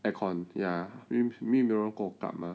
aircon I mean 没有人跟我敢吗